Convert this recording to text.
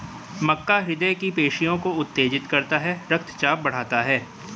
मक्का हृदय की पेशियों को उत्तेजित करता है रक्तचाप बढ़ाता है